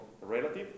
relative